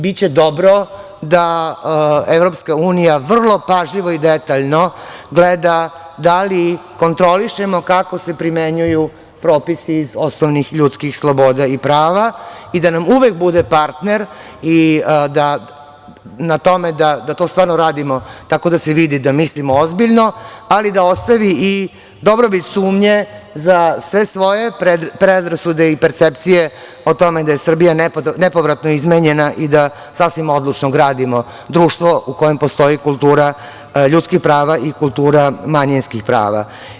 Biće dobro da EU vrlo pažljivo i detaljno gleda da li kontrolišemo kako se primenjuju propisi iz osnovnih ljudskih sloboda i prava i da nam uvek bude partner i da to stvarno radimo, tako da se vidi da mislimo ozbiljno, ali da ostavi i dobrobit sumnje za sve svoje predrasude i percepcije o tome da je Srbija nepovratno izmenjena i da sasvim odlučno gradimo društvo u kojem postoji kultura ljudskih prava i kultura manjinskih prava.